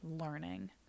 learning